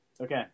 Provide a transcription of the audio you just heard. Okay